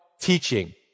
teaching